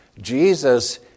Jesus